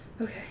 Okay